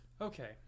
Okay